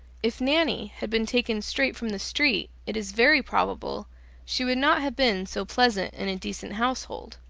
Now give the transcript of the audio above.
if nanny had been taken straight from the street, it is very probable she would not have been so pleasant in a decent household,